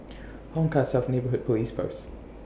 Hong Kah South Neighbourhood Police Post